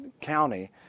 County